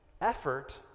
effort